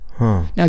Now